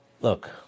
Look